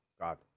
God